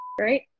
right